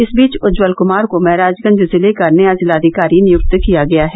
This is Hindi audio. इस बीच उज्ज्वल कुमार को महराजगंज जिले का नया जिलाधिकारी नियुक्त किया गया है